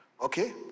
Okay